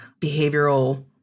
behavioral